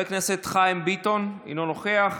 חבר הכנסת חיים ביטון, אינו נוכח,